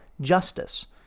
justice